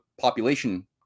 population